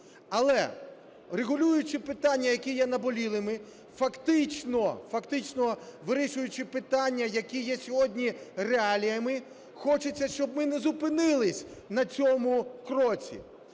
Але, регулюючи питання, які є наболілими, фактично, фактично вирішуючи питання, які є сьогодні реаліями, хочеться, щоб ми не зупинилися на цьому кроці,